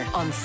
on